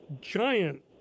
giant